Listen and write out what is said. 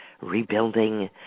rebuilding